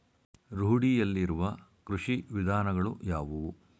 ರೂಢಿಯಲ್ಲಿರುವ ಕೃಷಿ ವಿಧಾನಗಳು ಯಾವುವು?